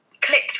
clicked